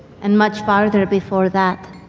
and much farther before that.